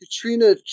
katrina